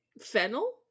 Fennel